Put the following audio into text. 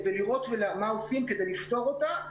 הזו ולראות מה עושים כדי לפתור אותה.